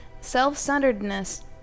self-centeredness